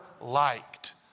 liked